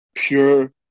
pure